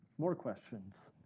more questions?